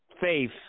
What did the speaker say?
faith